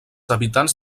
habitants